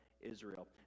Israel